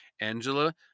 Angela